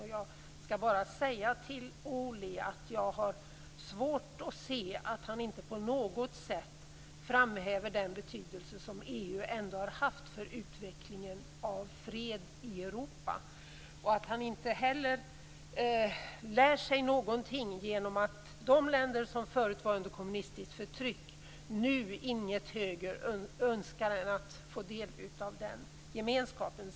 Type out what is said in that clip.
Jag skall bara säga till Ohly att det känns svårt att se att han inte på något sätt framhäver den betydelse som EU ändå har haft för utvecklingen av fred i Europa. Han har inte heller lärt sig någonting av att de länder som förut var under kommunistiskt förtryck nu inget högre önskar än att få del av den gemenskapen.